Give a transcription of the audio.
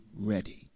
ready